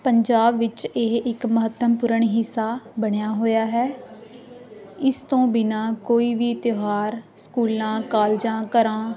ਪੰਜਾਬ ਵਿੱਚ ਇਹ ਇੱਕ ਮਹੱਤਵਪੂਰਨ ਹਿੱਸਾ ਬਣਿਆ ਹੋਇਆ ਹੈ ਇਸ ਤੋਂ ਬਿਨਾਂ ਕੋਈ ਵੀ ਤਿਉਹਾਰ ਸਕੂਲਾਂ ਕਾਲਜਾਂ ਘਰਾਂ